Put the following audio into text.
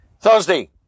Thursday